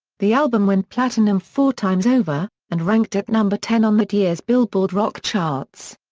the album went platinum four times over, and ranked at number ten on that year's billboard rock charts.